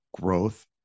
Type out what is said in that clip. growth